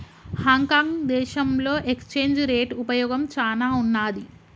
Hong Kong దేశంలో exchange rate ఉపయోగం చానా ఉన్నాది